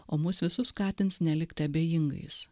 o mus visus skatins nelikti abejingais